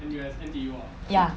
ya